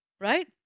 right